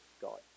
God